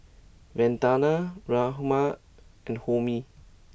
Vandana Ramnath and Homi